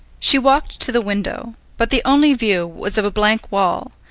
she walked to the window, but the only view was of a blank wall,